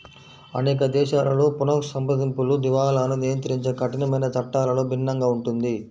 అనేక దేశాలలో పునఃసంప్రదింపులు, దివాలాను నియంత్రించే కఠినమైన చట్టాలలో భిన్నంగా ఉంటుంది